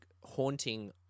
haunting